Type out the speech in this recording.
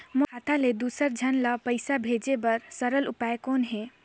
मोर खाता ले दुसर झन ल पईसा भेजे बर सरल उपाय कौन हे?